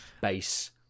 base